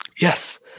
Yes